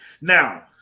Now